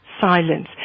silence